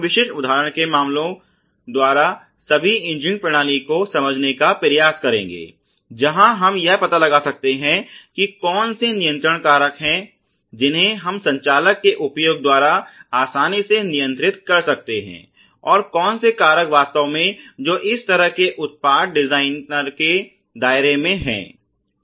हम विशिष्ट उदाहरण के मामलों द्वारा सभी इंजीनियरिंग प्रणाली को समझने का प्रयास करेंगे जहां हम यह पता लगा सकते हैं कि कौन से कारक नियंत्रण हैं जिन्हें हम संचालक के उपयोग द्वारा आसानी से नियंत्रित कर सकते हैं और कौन से कारक वास्तव में जो इस तरह के उत्पाद डिजाइनर के दायरे में हैं